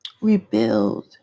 rebuild